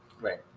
Right